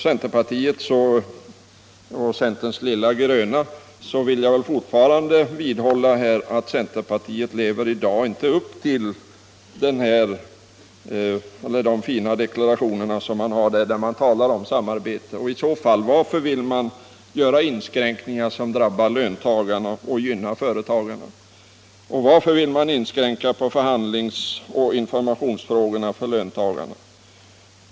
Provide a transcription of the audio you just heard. Sedan vill jag fortfarande vidhålla att centerpartiet lever i dag inte upp till de fina deklarationerna i ”Centerns lilla gröna”. Varför vill man göra inskränkningar som drabbar löntagarna och gynnar företagarna? Varför vill man inskränka på förhandlingsoch informationsrätten för löntagarna?